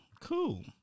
cool